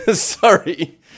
Sorry